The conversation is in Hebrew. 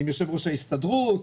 עם יושב-ראש ההסתדרות,